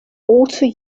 also